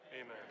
amen